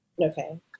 Okay